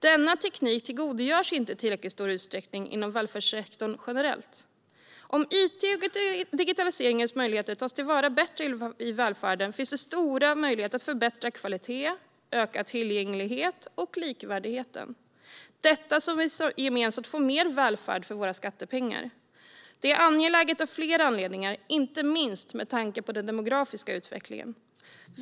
Välfärdssektorn tillgodogör sig generellt inte denna teknik i tillräckligt stor utsträckning. Om it och digitaliseringens möjligheter tas till vara bättre i välfärden finns det stora möjligheter att förbättra kvalitet och öka tillgänglighet och likvärdighet, samtidigt som vi gemensamt får mer välfärd för skattepengarna. Det är angeläget av flera anledningar, inte minst med tanke på den demografiska utvecklingen.